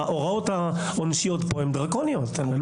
ההוראות העונשיות פה הן דרקוניות.